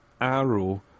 Arrow